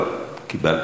אין כיבוש בישראל?